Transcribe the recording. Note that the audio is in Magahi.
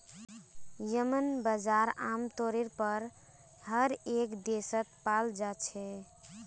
येम्मन बजार आमतौर पर हर एक देशत पाल जा छे